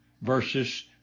versus